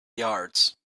yards